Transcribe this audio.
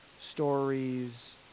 stories